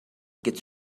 gets